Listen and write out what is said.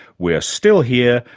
we're still here,